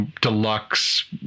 deluxe